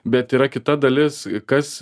bet yra kita dalis kas